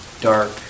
dark